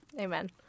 Amen